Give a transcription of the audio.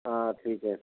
हाँ ठीक है